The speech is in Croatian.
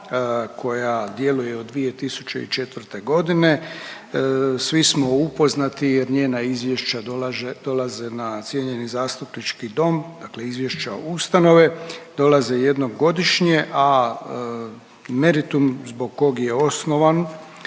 koja djeluje od 2004.g.. Svi smo upoznati jer njena izvješća dolaze na cijenjeni zastupnički dom, dakle izvješća ustanove dolaze jednom godišnje, a meritum zbog kog je osnovan